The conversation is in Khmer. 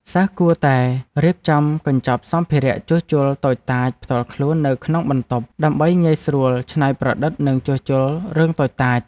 សិស្សគួរតែរៀបចំកញ្ចប់សម្ភារៈជួសជុលតូចតាចផ្ទាល់ខ្លួននៅក្នុងបន្ទប់ ដើម្បីងាយស្រួលច្នៃប្រឌិតនិងជួសជុលរឿងតូចតាច។